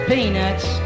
Peanuts